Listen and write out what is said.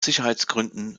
sicherheitsgründen